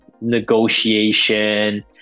negotiation